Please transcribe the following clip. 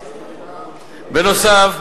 בנוסף,